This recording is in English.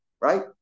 Right